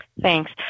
Thanks